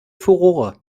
furore